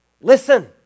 Listen